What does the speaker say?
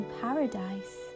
paradise